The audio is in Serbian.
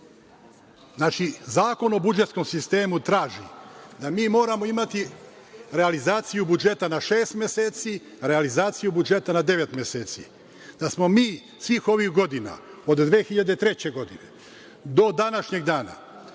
račun. Zakon o budžetskom sistemu traži da moramo imati realizaciju budžeta na šest meseci, realizaciju budžeta na devet meseci. Da smo mi svih ovih godina, od 2003. godine do današnjeg dana